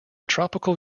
tropical